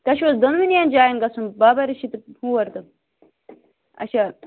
تۄہہِ چھُو حظ دۄنوٕنیَن جایَن گژھُن بابا ریٖشی تہٕ ہور تہٕ اَچھا